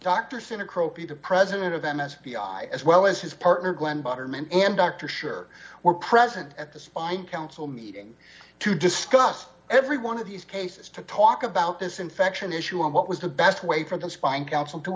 to president of them as the i as well as his partner glen butterman and dr sure were present at the spine council meeting to discuss every one of these cases to talk about this infection issue and what was the best way for the spine council to